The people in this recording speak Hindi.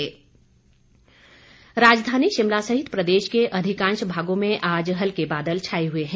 मौसम राजधानी शिमला सहित प्रदेश के अधिकांश भागों में आज हल्के बादल छाए हुए हैं